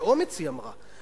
ובאומץ היא אמרה,